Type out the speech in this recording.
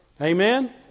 amen